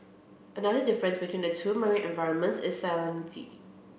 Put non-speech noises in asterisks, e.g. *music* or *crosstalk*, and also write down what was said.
another difference between the two marine environments is *unintelligible*